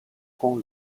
con